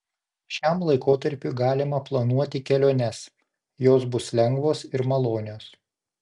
šiam laikotarpiui galima planuoti keliones jos bus lengvos ir malonios